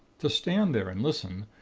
to stand there and listen,